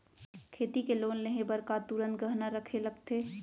खेती के लोन लेहे बर का तुरंत गहना रखे लगथे?